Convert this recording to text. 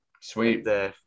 Sweet